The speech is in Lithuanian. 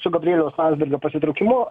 su gabrieliaus landsbergio pasitraukimu